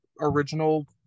original